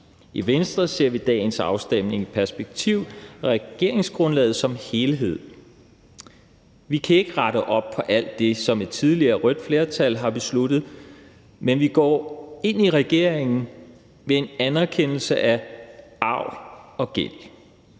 I Venstre ser vi dagens afstemning i perspektiv af regeringsgrundlaget som helhed. Vi kan ikke rette op på alt det, som et tidligere rødt flertal har besluttet, men vi går ind i regeringen med en anerkendelse af arv og gæld.